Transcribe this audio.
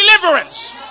deliverance